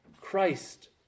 Christ